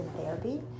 Therapy